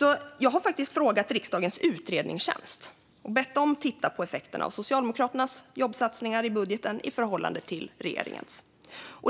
Därför har jag frågat riksdagens utredningstjänst och bett dem att titta på effekterna av Socialdemokraternas jobbsatsningar i budgeten i förhållande till regeringens.